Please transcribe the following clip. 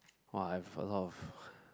!wah! I've a lot of